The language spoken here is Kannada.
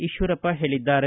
ಈಶ್ವರಪ್ಪ ಹೇಳಿದ್ದಾರೆ